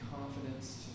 confidence